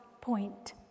point